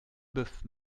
boeuf